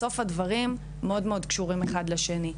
בסוף הדברים קשורים מאוד אחד לשני.